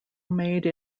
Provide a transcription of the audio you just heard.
made